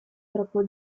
troppo